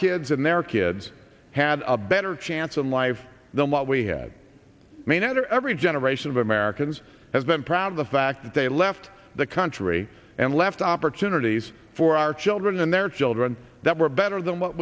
kids and their kids had a better chance in life than what we had met or every generation of americans has been proud of the fact that they left the country and left opportunities for our children and their children that were better than what